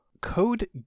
Code